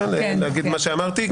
להגיד מה שאמרתי?